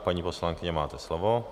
Paní poslankyně, máte slovo.